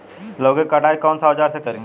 लौकी के कटाई कौन सा औजार से करी?